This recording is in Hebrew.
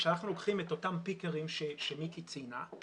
כשאנחנו לוקחים את אותם פיקרים שמיקי ציינה,